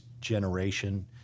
generation